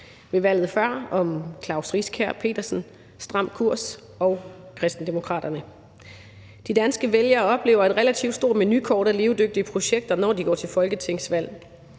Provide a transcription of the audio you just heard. det sig om Klaus Riskær Pedersen, Stram Kurs og Kristendemokraterne. De danske vælgere oplever et relativt stort menukort af levedygtige projekter, når de går til folketingsvalg.